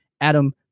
adam